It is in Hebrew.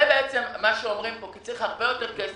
זה מה שאומרים פה, כי צריך הרבה יותר כסף.